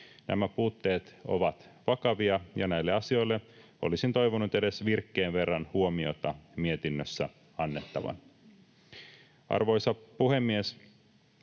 Nämä puutteet ovat vakavia, ja näille asioille olisin toivonut edes virkkeen verran huomiota mietinnössä annettavan. Arvoisa puhemies!